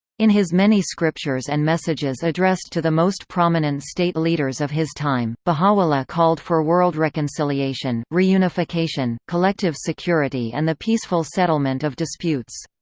in his many scriptures and messages addressed to the most prominent state leaders of his time, baha'u'llah called for world reconciliation, reunification, collective security and the peaceful settlement of disputes.